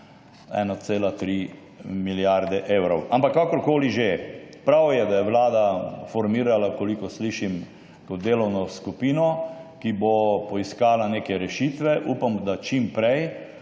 1,3 milijarde evrov. Ampak kakorkoli že, prav je, da je vlada formirala, kolikor slišim, delovno skupino, ki bo poiskala neke rešitve, upam, da čim prej.